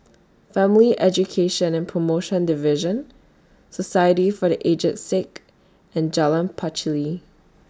Family Education and promotion Division Society For The Aged Sick and Jalan Pacheli